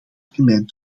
termijn